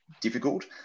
difficult